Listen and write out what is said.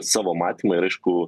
savo matymą ir aišku